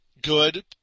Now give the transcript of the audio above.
good